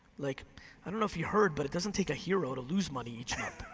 like i don't know if you heard but it doesn't take a hero to lose money each month.